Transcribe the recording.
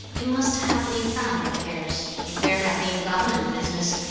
it must have been family affairs. if there had been government business,